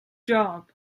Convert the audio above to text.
job